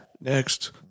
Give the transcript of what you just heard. next